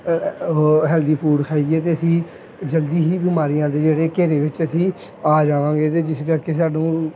healthy food ਖਾਈਏ ਤਾਂ ਅਸੀਂ ਜਲਦੀ ਹੀ ਬਿਮਾਰੀਆਂ ਦੇ ਜਿਹੜੇ ਘੇਰੇ ਵਿੱਚ ਅਸੀਂ ਆ ਜਾਵਾਂਗੇ ਇਹਦੇ ਜਿਸ ਕਰਕੇ ਸਾਨੂੰ